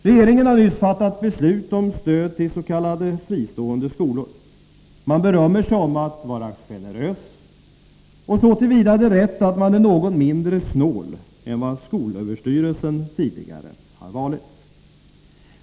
Regeringen har nyss fattat beslut om stöd till s.k. fristående skolor. Man berömmer sig av att vara generös, och det är rätt så till vida som man är något mindre snål än vad skolöverstyrelsen tidigare har varit.